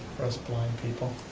for us blind people.